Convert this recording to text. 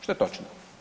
Što je točno.